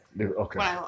Okay